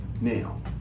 Now